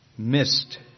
missed